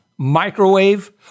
microwave